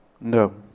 No